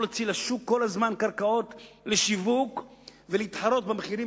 להוציא לשוק כל הזמן קרקעות לשיווק ולהתחרות במחירים